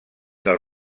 del